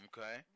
Okay